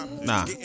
Nah